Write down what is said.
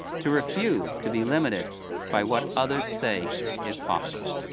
to refuse to be limited by what others say is possible.